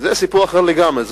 זה סיפור אחר לגמרי.